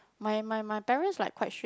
my my my parents like quite strict